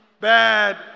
bad